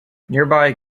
nearby